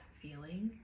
feeling